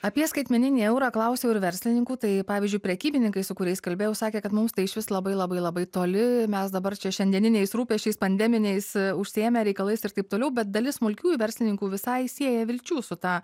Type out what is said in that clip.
apie skaitmeninį eurą klausiau ir verslininkų tai pavyzdžiui prekybininkai su kuriais kalbėjau sakė kad mums tai išvis labai labai labai toli mes dabar čia šiandieniniais rūpesčiais pandeminiais užsiėmę reikalais ir taip toliau bet dalis smulkiųjų verslininkų visai sieja vilčių su ta